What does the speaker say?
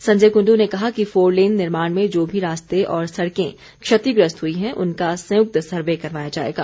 संजय कुंडू ने कहा कि फोरलेन निर्माण में जो भी रास्ते और सड़कें क्षतिग्रस्त हुई हैं उनका संयुक्त सर्वे करवाया जाएगा